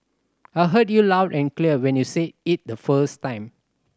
I heard you loud and clear when you said it the first time